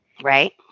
Right